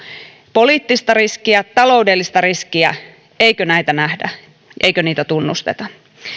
poliittista riskiä taloudellista riskiä eikö näitä nähdä eikö niitä tunnusteta